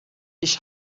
ich